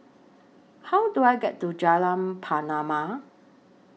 How Do I get to Jalan Pernama